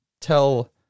tell